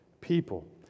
people